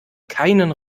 keinen